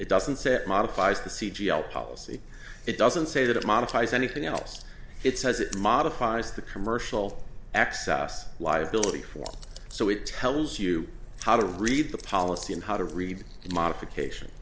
it doesn't say it modifies the c g i policy it doesn't say that it modifies anything else it says it modifies the commercial access liability for so it tells you how to read the policy and how to read the modification